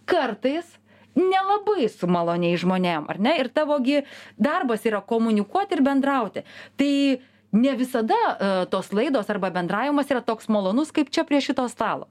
kartais nelabai su maloniais žmonėm ar ne ir tavo gi darbas yra komunikuoti ir bendrauti tai ne visada tos laidos arba bendravimas yra toks malonus kaip čia prie šito stalo